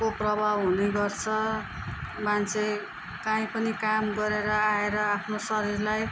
को प्रभाव हुने गर्छ मान्छे काहीँ पनि गरेर आएर आफ्नो शरीरलाई